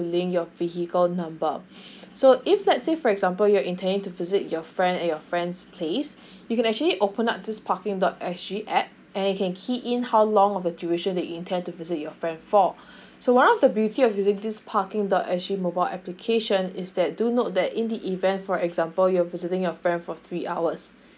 link your vehicle number so if let's say for example you are intending to visit your friend at your friend's place you can actually open up this parking dot S G app and you can key in how long of a tuition that you intent to visit your friend for so one of the beauty of using this parking dot S G mobile application is that do note that in the event for example you're visiting a friend for three hours